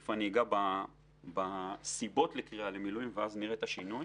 תכף אני אגע בסיבות לקריאה למילואים ואז נראה את השינוי.